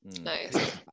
Nice